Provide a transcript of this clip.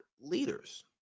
leaders